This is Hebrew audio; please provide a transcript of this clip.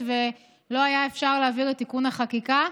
ולא היה אפשר להעביר את תיקון החקיקה.